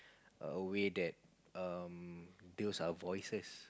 a way that um deals our voices